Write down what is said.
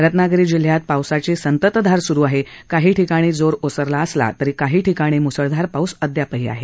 रत्नागिरी जिल्ह्यात पावसाची संतधार स्रु आहे काही ठिकाणी जोर ओसरला असला तरी काही ठिकाणी म्सळधार पाऊस अदयापही आहे